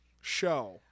show